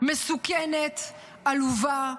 מסוכנת, עלובה,